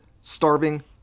starving